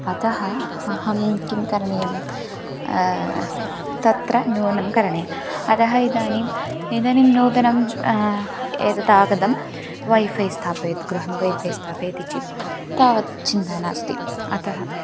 अतः अहं किं करणीयं तत्र न्यूनकरणे अतः इदानीम् इदानीं नूतनं एतदागतं वैफ़ै स्थापयति गृहं वै फ़ै स्थापयति चेत् तावत् चिन्ता नास्ति अतः